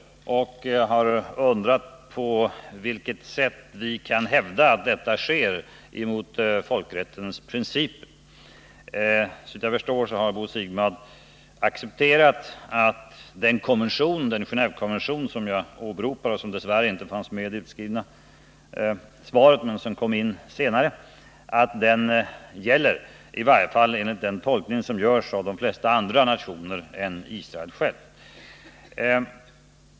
Han undrar på vilket sätt vi kan hävda att detta sker emot folkrättens principer. Såvitt jag förstår har Bo Siegbahn accepterat att den Genévekonvention gäller som jag har åberopat. Den gäller i varje fall enligt den tolkning som görs av de flesta andra nationer än Israel.